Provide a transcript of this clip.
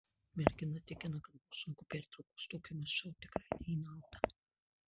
mergina tikina kad buvo sunku pertraukos tokiame šou tikrai ne į naudą